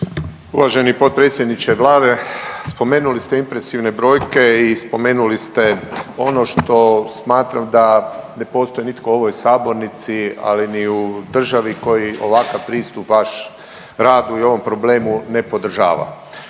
Uvaženi potpredsjedniče Vlade, spomenuli ste impresivne brojke i spomenuli ste ono što smatram da ne postoji nitko u ovoj sabornici, ali ni u državi koji ovakav pristup vaš radi i ovom problemu ne podržava.